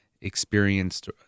experienced